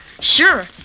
Sure